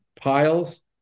piles